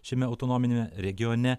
šiame autonominiame regione